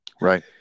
Right